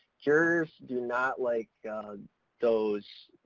jurors do not like those,